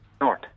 North